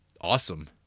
awesome